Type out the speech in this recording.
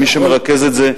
ומי שמרכז את זה,